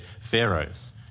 pharaohs